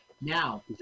Now